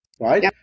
Right